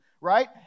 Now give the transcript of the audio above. right